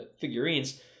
figurines